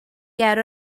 ger